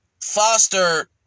foster